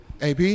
AP